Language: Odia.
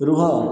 ରୁହ